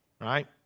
right